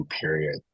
period